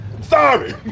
sorry